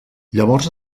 llavors